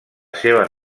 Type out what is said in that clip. seva